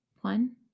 one